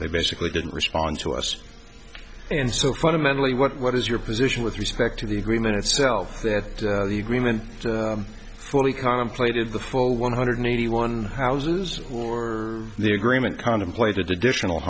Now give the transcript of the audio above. they basically didn't respond to us and so fundamentally what is your position with respect to the agreement itself that the agreement fully contemplated the full one hundred eighty one houses or the agreement contemplated additional